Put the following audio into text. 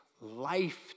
life